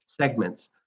segments